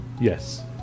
Yes